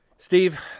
Steve